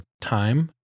time